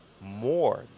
more